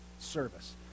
service